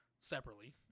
separately